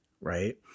right